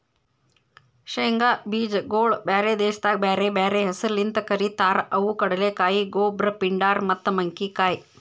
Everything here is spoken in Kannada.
ಶೇಂಗಾ ಬೀಜಗೊಳ್ ಬ್ಯಾರೆ ದೇಶದಾಗ್ ಬ್ಯಾರೆ ಬ್ಯಾರೆ ಹೆಸರ್ಲಿಂತ್ ಕರಿತಾರ್ ಅವು ಕಡಲೆಕಾಯಿ, ಗೊಬ್ರ, ಪಿಂಡಾರ್ ಮತ್ತ ಮಂಕಿಕಾಯಿ